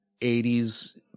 80s